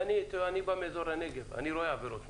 ואני בא מאזור הנגב, אני רואה עבירות תנועה,